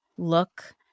look